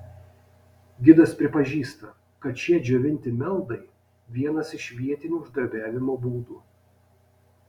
gidas pripažįsta kad šie džiovinti meldai vienas iš vietinių uždarbiavimo būdų